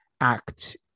act